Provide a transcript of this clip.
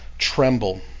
tremble